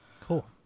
Cool